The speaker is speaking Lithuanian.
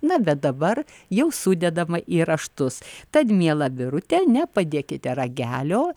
na bet dabar jau sudedama į raštus tad miela birute nepadėkite ragelio